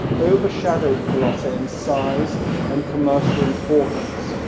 overshadowed colossae in size and commercial importance.